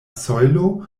sojlo